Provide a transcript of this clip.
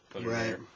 Right